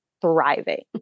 thriving